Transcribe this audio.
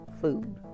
food